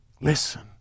listen